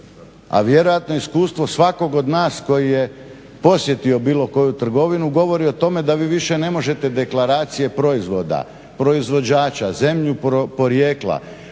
A vjerojatno iskustvo svakog od nas koji je posjetio bilo koju trgovinu, govori o tome da vi više ne možete deklaracije proizvoda, proizvođača, zemlju porijekla